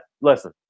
listen